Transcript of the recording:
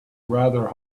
rather